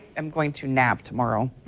am going to nap tomorrow.